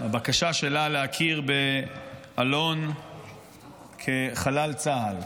הבקשה שלה להכיר באלון כחלל צה"ל.